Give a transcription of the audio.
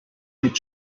mit